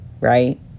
right